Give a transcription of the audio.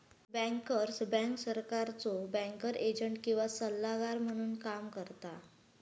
bankers bank सरकारचो banker agent किंवा सल्लागार म्हणून काम करता